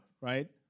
right